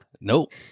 Nope